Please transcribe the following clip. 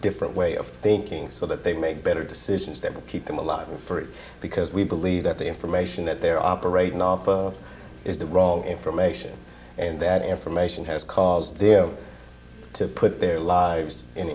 different way of thinking so that they make better decisions that will keep them alive and free because we believe that the information that they're operating off of is the wrong information and that information has caused them to put their lives in